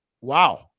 wow